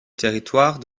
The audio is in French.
territoire